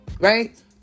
right